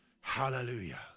Hallelujah